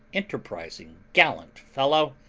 enterprising, gallant fellow,